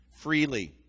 freely